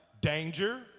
danger